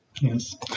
Yes